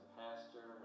pastor